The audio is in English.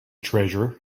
treasure